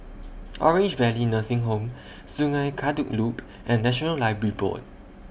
Orange Valley Nursing Home Sungei Kadut Loop and National Library Board